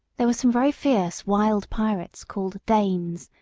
there were some very fierce wild pirates, called danes,